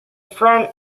front